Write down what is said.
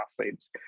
athletes